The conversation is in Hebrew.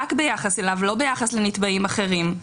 לא ביחס לנתבעים אחרים.